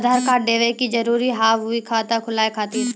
आधार कार्ड देवे के जरूरी हाव हई खाता खुलाए खातिर?